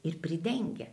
ir pridengia